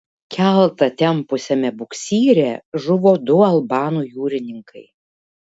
keltą tempusiame buksyre žuvo du albanų jūrininkai